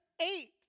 eight